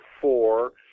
four